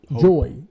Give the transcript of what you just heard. joy